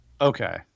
Okay